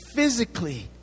Physically